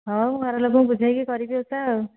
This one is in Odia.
ହଉ ଘର ଲୋକଙ୍କୁ ବୁଝାଇକି କରିବି ଓଷା ଆଉ